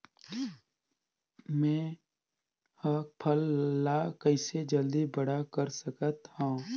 मैं ह फल ला कइसे जल्दी बड़ा कर सकत हव?